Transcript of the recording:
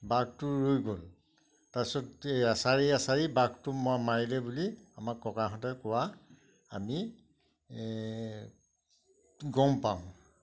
বাঘটো ৰৈ গ'ল তাৰপিছত এছাৰি এছাৰি বাঘটো মাৰিলে বুলি আমাক ককাহঁতে কোৱা আমি গম পাওঁ